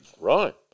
Right